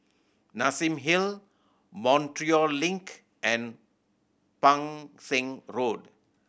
Nassim Hill Montreal Link and Pang Seng Road